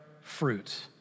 fruit